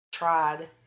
tried